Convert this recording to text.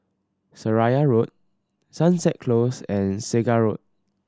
Seraya Road Sunset Close and Segar Road